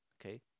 okay